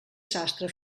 sastre